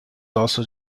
also